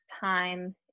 time